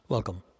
Welcome